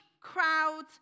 crowds